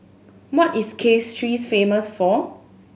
what is Castries famous for